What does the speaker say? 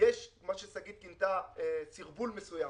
מה ששגית כינתה סרבול מסוים